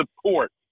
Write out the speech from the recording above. support